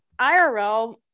IRL